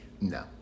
No